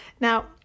Now